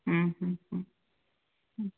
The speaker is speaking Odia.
ହୁଁ ହୁଁ